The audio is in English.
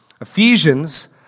Ephesians